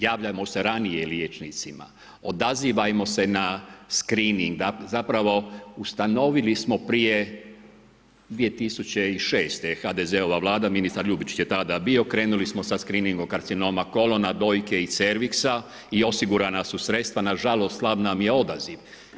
Javljajmo se ranije liječnicima, odazivajmo se na skrining, zapravo ustanovili smo prije 2006. je HDZ-ova Vlada, ministar Ljubičić je tada bio, krenuli smo sa skriningom karcinoma kolona dojke i cerviksa i osigurana su sredstva, na žalost slab nam je odaziva.